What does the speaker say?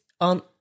on